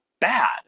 bad